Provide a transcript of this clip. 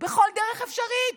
בכל דרך אפשרית.